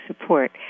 support